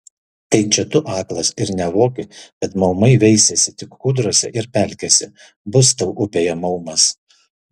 tai čia tu aklas ir nevoki kad maumai veisiasi tik kūdrose ir pelkėse bus tau upėje maumas